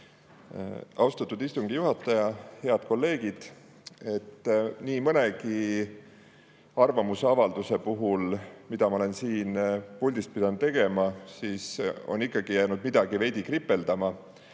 Austatud istungi juhataja! Head kolleegid! Nii mõnegi arvamusavalduse puhul, mida ma olen siin puldis pidanud tegema, on ikka jäänud midagi kripeldama.